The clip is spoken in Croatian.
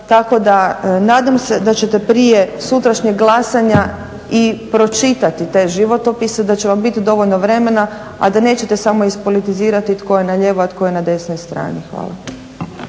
Tako da nadam se da ćete prije sutrašnjeg glasanja i pročitati te životopise, da će vam biti dovoljno vremena a da nećete samo ispolitizirati tko je na lijevoj, a tko je na desnoj strani. Hvala.